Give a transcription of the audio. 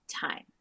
time